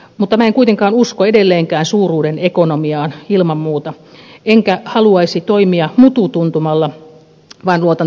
mutta minä en kuitenkaan usko edelleenkään suuruuden ekonomiaan ilman muuta enkä haluaisi toimia mutu tuntumalla vaan luotan tutkittuun tietoon